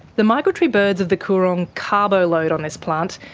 the migratory birds of the coorong carbo-load on this plant,